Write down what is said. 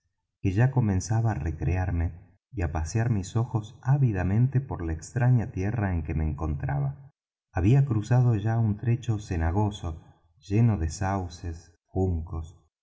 que ya comenzaba á recrearme y á pasear mis ojos ávidamente por la extraña tierra en que me encontraba había cruzado ya un trecho cenagoso lleno de sauces juncos